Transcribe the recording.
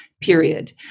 period